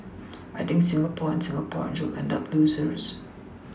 I think Singapore and Singaporeans will end up losers